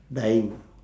dying